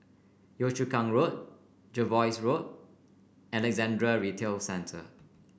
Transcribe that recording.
Yio Chu Kang Road Jervois Road Alexandra Retail Centre